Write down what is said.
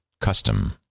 custom